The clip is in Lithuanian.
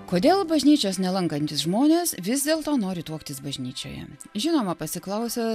kodėl bažnyčios nelankantys žmonės vis dėlto nori tuoktis bažnyčioje žinoma pasiklausęs